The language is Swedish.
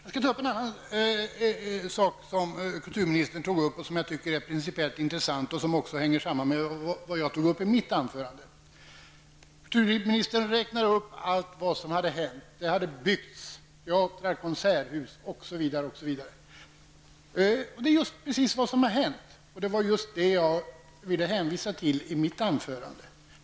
Jag vill gå in på en annan sak som kulturministern tog upp och som jag tycker är principiellt intressant. Den hänger också samman med vad jag tog upp i mitt anförande. Kulturministern räknade upp allt som hänt. Det hade byggts teatrar, konserthus osv. Det är precis vad som hänt, och det är just detta jag ville hänvisa till i mitt anförande.